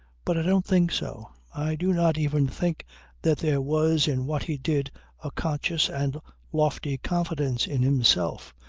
but i don't think so i do not even think that there was in what he did a conscious and lofty confidence in himself,